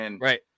Right